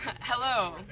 Hello